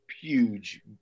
huge